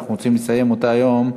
ואנחנו רוצים לסיים היום,